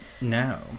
No